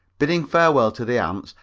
bidding farewell to the ants,